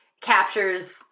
captures